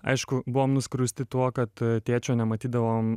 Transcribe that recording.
aišku buvom nuskriausti tuo kad tėčio nematydavom